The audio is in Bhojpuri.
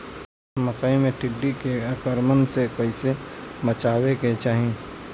मकई मे टिड्डी के आक्रमण से कइसे बचावे के चाही?